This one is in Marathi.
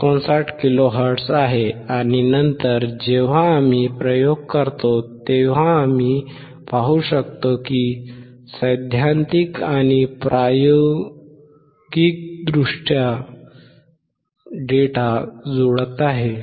59 किलो हर्ट्झ आणि नंतर जेव्हा आम्ही प्रयोग करतो तेव्हा आम्ही पाहू शकतो की सैद्धांतिक आणि प्रायोगिकदृष्ट्या डेटा जुळत आहे